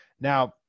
Now